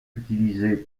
utilisés